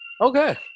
Okay